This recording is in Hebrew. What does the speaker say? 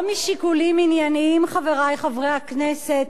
לא משיקולים ענייניים, חברי חברי הכנסת,